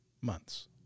months